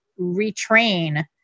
retrain